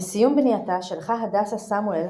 עם סיום בנייתה שלחה הדסה סמואל,